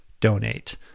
donate